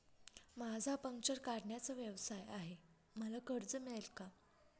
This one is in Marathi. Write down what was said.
माझा पंक्चर काढण्याचा व्यवसाय आहे मला कर्ज मिळेल का?